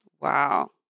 Wow